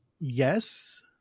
yes